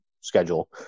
schedule